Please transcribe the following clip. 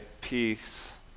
peace